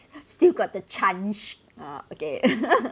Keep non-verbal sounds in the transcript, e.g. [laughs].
still got the chance ah okay [laughs]